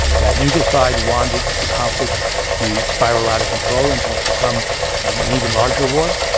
that neither side wanted the conflict to spiral out of control and like become an even larger war.